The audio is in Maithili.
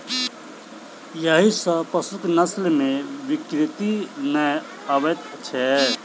एहि सॅ पशुक नस्ल मे विकृति नै आबैत छै